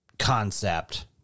concept